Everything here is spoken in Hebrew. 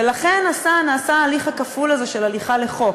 ולכן נעשה ההליך הכפול הזה של הליכה לחוק.